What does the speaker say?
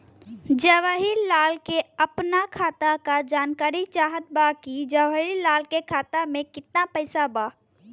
जवाहिर लाल के अपना खाता का जानकारी चाहत बा की जवाहिर लाल के खाता में कितना पैसा बा?